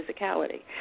physicality